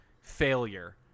failure